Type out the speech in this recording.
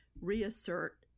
reassert